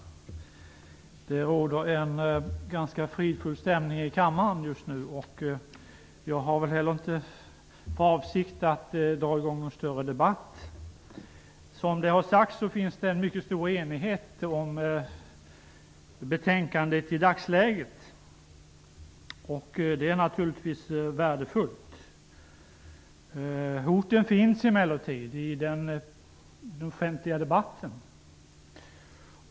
Herr talman! Det råder en ganska fridfull stämning i kammaren just nu, och jag har inte för avsikt att dra i gång någon större debatt. Det finns, som har sagts, en mycket stor enighet om betänkandet i dagsläget. Det är naturligtvis värdefullt. Hoten finns emellertid i den offentliga debatten.